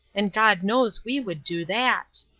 and god knows we would do that.